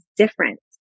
different